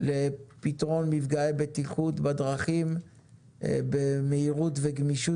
לפתרון מפגעי בטיחות בדרכים במהירות וגמישות,